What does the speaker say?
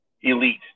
elite